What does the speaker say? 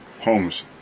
homes